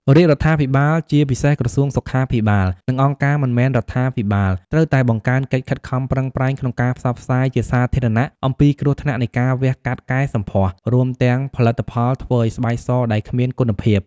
រាជរដ្ឋាភិបាល ជាពិសេសក្រសួងសុខាភិបាល និងអង្គការមិនមែនរដ្ឋាភិបាល ត្រូវតែបង្កើនកិច្ចខិតខំប្រឹងប្រែងក្នុងការផ្សព្វផ្សាយជាសាធារណៈអំពីគ្រោះថ្នាក់នៃការវះកាត់កែសម្ផស្ស រួមទាំងផលិតផលធ្វើឱ្យស្បែកសដែលគ្មានគុណភាព។